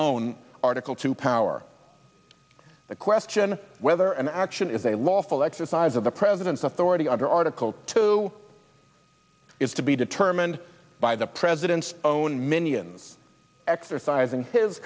own article two power the question whether an action is a lawful exercise of the president's authority under article two is to be determined by the president's own minions exercising his